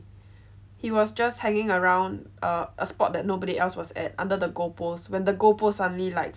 he was just hanging around a sport that nobody else was at under the goal post when the goal post suddenly like